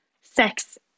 sex